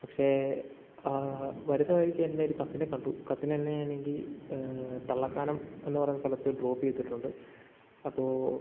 പക്ഷേ വരുന്ന വഴിക്ക് എൻ്റെ ഒരു കസിനെ കണ്ടു കസിൻ എന്നെ ആണെങ്കിൽ തള്ളക്കാനം എന്ന് പറഞ്ഞ സ്ഥലത്ത് ഡ്രോപ്പ് ചെയ്തിട്ടുണ്ട് അപ്പോൾ